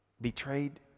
betrayed